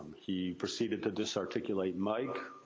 he proceeded to disarticulate mike.